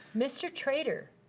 mr. trader,